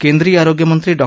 केंद्रीय आरोग्यमंत्री डॉ